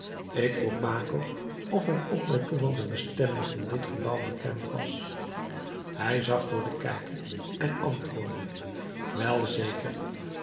ik vroeg baco of hem ook bij toeval de bestemming van dit gebouw bekend was hij zag door den kijker en antwoordde wel zeker